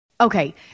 Okay